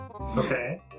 Okay